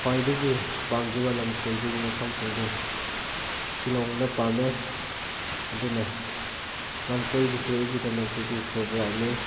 ꯈ꯭ꯋꯥꯏꯗꯒꯤ ꯄꯥꯝꯖꯕ ꯂꯝ ꯀꯣꯏꯕꯒꯤ ꯃꯐꯝꯁꯤꯡꯗꯤ ꯁꯤꯂꯣꯡꯗ ꯄꯥꯝꯃꯦ ꯑꯗꯨꯅ ꯂꯝ ꯀꯣꯏꯕꯁꯤ ꯑꯩꯒꯤꯗꯃꯛꯇꯗꯤ ꯐꯦꯕꯣꯔꯥꯏꯠꯅꯤ